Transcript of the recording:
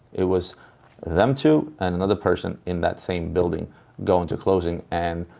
it was them two, and another person, in that same building going to closing. and,